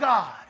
God